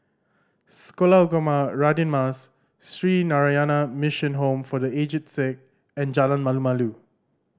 Sekolah Ugama Radin Mas Sree Narayana Mission Home for The Aged Sick and Jalan Malu Malu